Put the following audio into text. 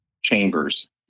chambers